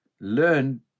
Learn